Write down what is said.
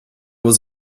was